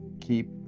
keep